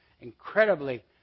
incredibly